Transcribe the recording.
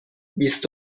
بیست